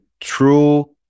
true